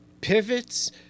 pivots